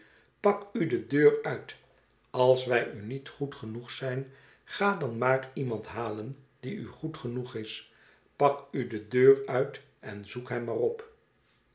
pak u de deur uit als wij u niet goed genoeg zijn ga dan maar iemand halen die u goed genoeg is pak u de deur uit en zoek hem maar